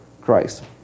Christ